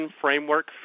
framework